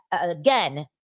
again